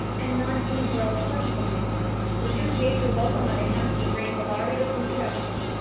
and not even her own husband knew her. the duke gave her welcome on account of the great bellario's introduction,